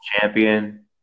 champion